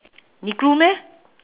negro meh